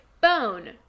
bone